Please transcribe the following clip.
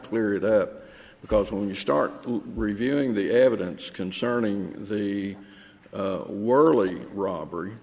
clear it up because when you start reviewing the evidence concerning the word was robbery